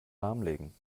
lahmlegen